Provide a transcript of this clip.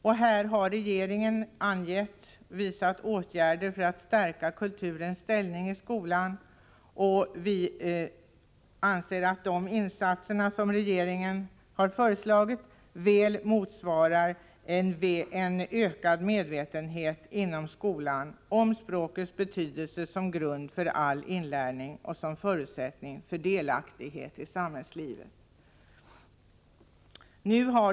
Vi anser att de insatser som regeringen har föreslagit för att stärka kulturens ställning i skolan väl motsvarar en ökad medvetenhet inom skolan om språkets betydelse som grund för all inlärning och som förutsättning för delaktighet i samhällslivet.